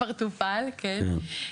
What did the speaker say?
כן,